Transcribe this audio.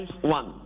one